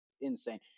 insane